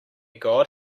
god